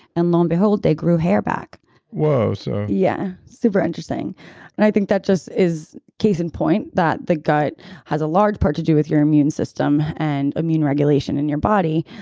and low-and-behold they grew hair back whoa, so yeah, super interesting and i think that just is case-in-point that the gut has a large part to do with your immune system and immune regulation in your body,